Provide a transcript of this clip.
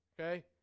okay